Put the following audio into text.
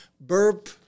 burp